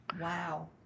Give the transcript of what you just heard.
Wow